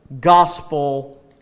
gospel